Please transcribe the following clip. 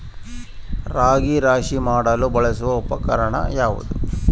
ರಾಗಿ ರಾಶಿ ಮಾಡಲು ಬಳಸುವ ಉಪಕರಣ ಯಾವುದು?